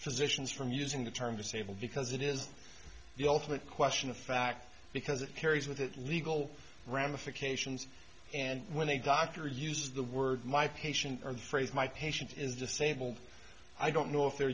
physicians from using the term disabled because it is the ultimate question of fact because it carries with it legal ramifications and when they got to use the word my patient or the phrase my patient is disabled i don't know if they're